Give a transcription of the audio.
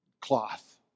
cloth